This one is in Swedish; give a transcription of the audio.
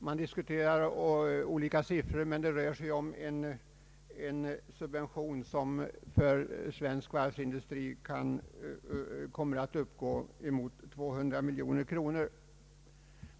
Man diskuterar olika siffror, men det rör sig om en subvention som för svensk varvsindustri kommer att uppgå till uppemot 200 miljoner kronor årligen.